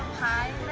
hi!